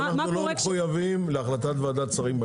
אנחנו לא מחויבים להחלטת ועדת שרים בכנסת.